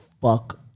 fuck